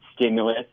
stimulus